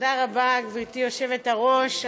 תודה רבה, גברתי היושבת-ראש.